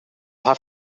have